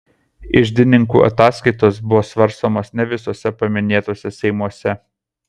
iždininkų ataskaitos buvo svarstomos ne visuose paminėtuose seimuose